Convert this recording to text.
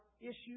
issues